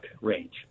range